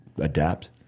adapt